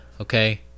okay